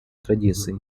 традиций